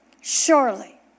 Surely